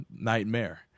Nightmare